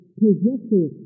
possessor